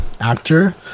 actor